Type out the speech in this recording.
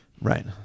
Right